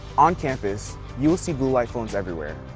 on campus you will see blue light phones everywhere.